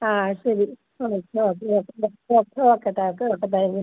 ആ ശരി തിരക്കുകളൊക്കെ കഴിഞ്ഞ്